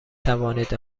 توانید